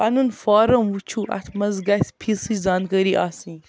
پَنُن فارٕم وٕچھِو اَتھ منٛز گژھِ فیٖسٕچ زانکٲری آسٕنۍ